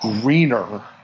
greener